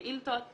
שאילתות,